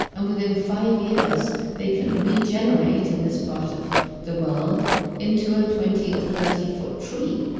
and within five years they can regenerate in this part of the world into a twenty or thirty foot tree.